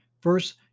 First